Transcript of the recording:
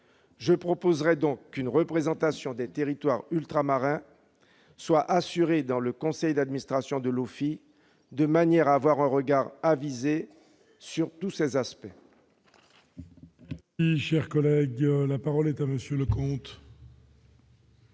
Je proposerai donc qu'une représentation des territoires ultramarins soit assurée au sein du conseil d'administration de l'OFII, de manière à avoir un regard avisé sur tous ces aspects.